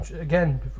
again